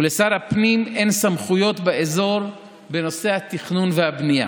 ולשר הפנים אין סמכויות באזור בנושא התכנון והבנייה.